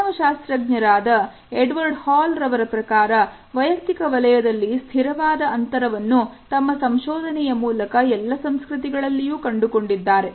ಮಾನವ ಶಾಸ್ತ್ರಜ್ಞರಾದ Edward Hall ರವರ ಪ್ರಕಾರ ವೈಯಕ್ತಿಕ ವಲಯದಲ್ಲಿ ಸ್ಥಿರವಾದ ಅಂತರವನ್ನು ತಮ್ಮ ಸಂಶೋಧನೆಯ ಮೂಲಕ ಎಲ್ಲ ಸಂಸ್ಕೃತಿಗಳಲ್ಲಿಯೂ ಕಂಡುಕೊಂಡಿದ್ದಾರೆ